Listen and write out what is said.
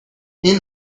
این